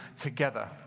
together